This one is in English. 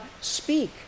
speak